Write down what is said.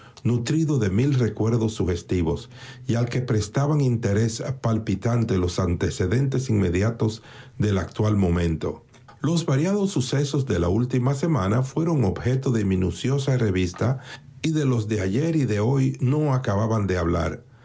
nutrido de mil recuerdos sugestivos y al que prestaban interés palpitante los antecedentes inmediatos del actual momento los variados sucesos de la última semana fueron objeto de minuciosa revista y de los de ayer y de hoy no acababan de hablar